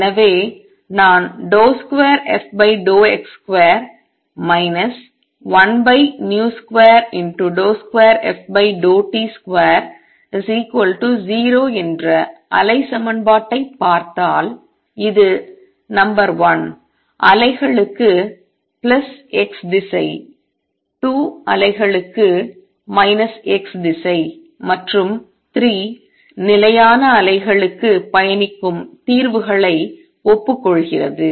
எனவே நான் 2fx2 1v22ft20 என்ற அலை சமன்பாட்டைப் பார்த்தால் இது நம்பர் 1 அலைகளுக்கு பிளஸ் x திசை 2 அலைகளுக்கு மைனஸ் x திசை மற்றும் 3 நிலையான அலைகளுக்கு பயணிக்கும் தீர்வுகளை ஒப்புக்கொள்கிறது